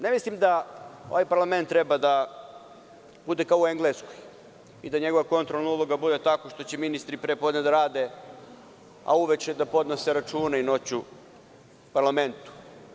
Ne mislim da ovaj parlament treba da bude kao u Engleskoj i da njegova kontrolna uloga bude tako što će ministri pre podne da rade, a uveče i noću da podnose račune parlamentu.